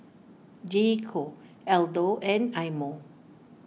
J Co Aldo and Eye Mo